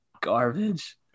garbage